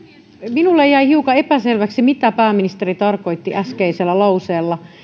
minulle jäi hiukan epäselväksi mitä pääministeri tarkoitti äskeisellä lauseella